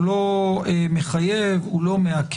הוא לא מחייב, לא מעכב.